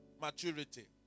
maturity